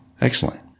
Excellent